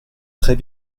très